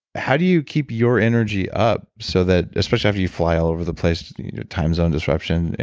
how do you keep your energy up so that. especially after you fly all over the place, your time zone disruption,